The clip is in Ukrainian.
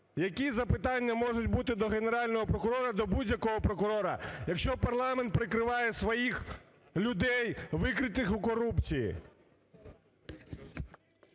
Які запитання можуть бути до Генерального прокурора, до будь-якого прокурора, якщо парламент прикриває своїх людей, викритих у корупції?